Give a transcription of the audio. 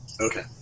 Okay